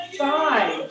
five